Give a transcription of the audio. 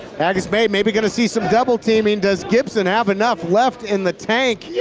tag is made, maybe gonna see some double teaming. does gibson have enough left in the tank?